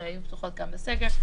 שהיו פתוחות גם בסגר,